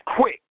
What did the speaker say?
quick